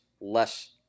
less